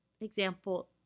Example